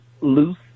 loose